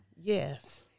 Yes